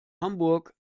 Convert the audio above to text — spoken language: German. hamburg